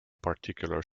particular